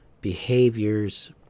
behaviors